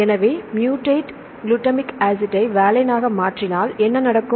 எனவே mutate glutamic ஆசிட்டை வாலைனாக மாற்றினால் என்ன நடக்கும்